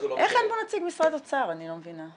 איך אין פה נציג משרד אוצר, אני לא מבינה.